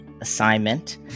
assignment